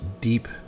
deep